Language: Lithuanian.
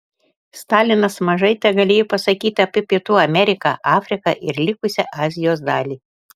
stalinas mažai tegalėjo pasakyti apie pietų ameriką afriką ir likusią azijos dalį